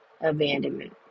abandonment